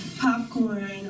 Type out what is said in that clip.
popcorn